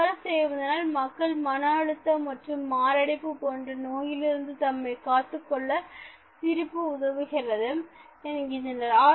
இவ்வாறு செய்வதினால் மக்கள் மன அழுத்தம் மற்றும் மாரடைப்பு போன்ற நோயிலிருந்து தம்மை காத்துக்கொள்ள சிரிப்பு உதவுகிறது என்கின்றனர்